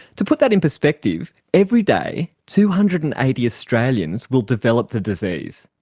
to put that in perspective every day two hundred and eighty australians will develop the disease.